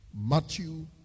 Matthew